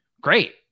great